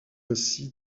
ainsi